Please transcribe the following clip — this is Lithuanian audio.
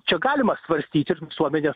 čia galima svarstyt ir visuomenės